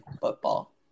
football